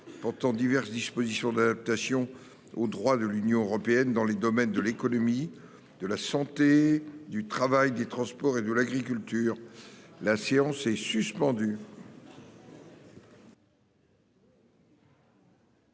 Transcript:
portant diverses dispositions d'adaptation au droit de l'Union européenne dans les domaines de l'économie de la santé, du travail des transports et de l'agriculture, la séance est suspendue.